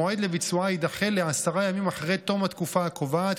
המועד לביצוע יידחה לעשרה ימים אחרי תום התקופה הקובעת,